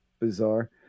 bizarre